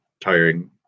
tiring